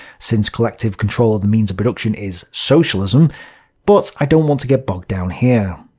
since collective control of the means of production is socialism but i don't want to get bogged down here.